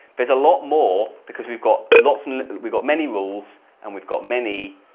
there's a lot more because we've got lots and we've got many rules and we've got many.